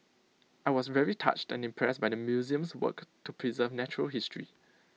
I was very touched and impressed by the museum's work to preserve natural history